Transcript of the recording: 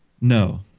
No